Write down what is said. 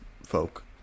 folk